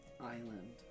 island